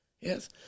yes